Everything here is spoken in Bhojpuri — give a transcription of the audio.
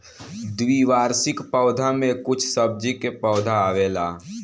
द्विवार्षिक पौधा में कुछ सब्जी के पौधा आवेला